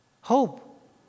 Hope